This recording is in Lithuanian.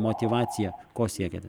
motyvaciją ko siekiate